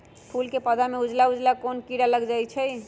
फूल के पौधा में उजला उजला कोन किरा लग जई छइ?